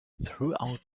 throughout